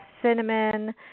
cinnamon